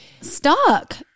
stuck